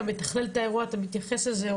אתה מתכלל את האירוע, אתה מתייחס לזה.